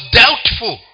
doubtful